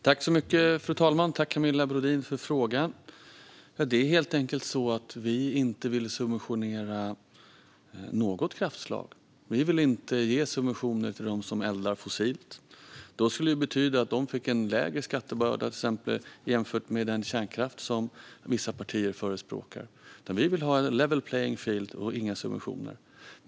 Fru talman! Tack, Camilla Brodin, för frågan! Det är helt enkelt så att vi inte vill subventionera något kraftslag. Vi vill inte ge subventioner till dem som eldar fossilt. Det skulle betyda att de fick en lägre skattebörda jämfört med exempelvis den kärnkraft som vissa partier förespråkar. Vi vill ha ett level playing field och inga subventioner.